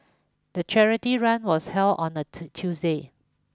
the charity run was held on a Tuesday